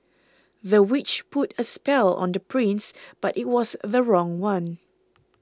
the witch put a spell on the prince but it was the wrong one